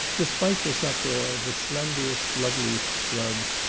despite this uproar, the slenderest, loveliest shrubs,